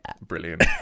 Brilliant